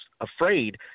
afraid